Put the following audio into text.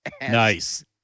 nice